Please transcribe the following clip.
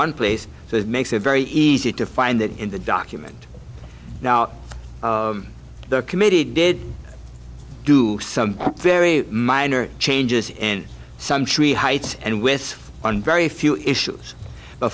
one place so that makes it very easy to find that in the document now the committee did do some very minor changes and some tree heights and with one very few issues but